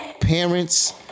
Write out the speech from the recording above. Parents